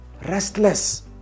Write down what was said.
restless